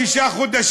כאלה.